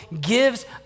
gives